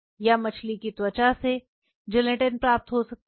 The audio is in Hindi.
आप मछली त्वचा से जिलेटिन प्राप्त कर सकते हैं